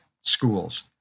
schools